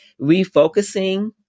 refocusing